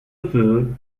peu